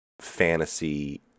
fantasy